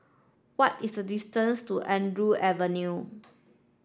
what is the distance to Andrew Avenue